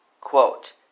quote